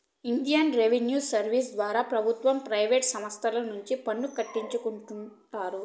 Indian revenue service ద్వారా ప్రభుత్వ private సంస్తల నుండి పన్నులు కట్టించుకుంటారు